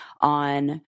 on